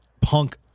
Punk